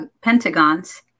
pentagons